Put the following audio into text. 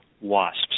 wasps